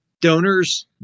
donors